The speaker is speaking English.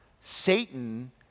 Satan